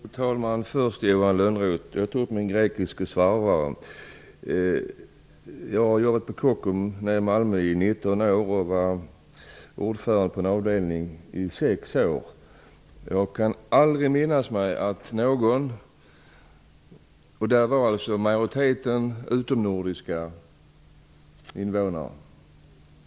Fru talman! Först vänder jag mig till Johan Lönnroth. Jag tog exemplet med min grekiske svarvare. Jag har jobbat på Kockum i Malmö i 19 år och var ordförande på en avdelning i 6 år. Där var majoriteten av de anställda utomnordiska medborgare.